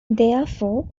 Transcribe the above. therefore